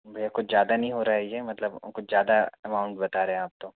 भैया कुछ ज्यादा नहीं हो रहा है ये मतलब कुछ ज्यादा अमाउंट बता रहे हैं आप तो